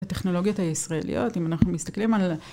הטכנולוגיות הישראליות אם אנחנו מסתכלים על